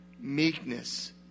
Meekness